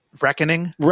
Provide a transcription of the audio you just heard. reckoning